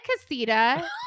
Casita